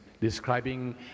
describing